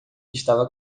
estava